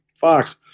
Fox